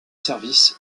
services